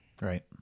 Right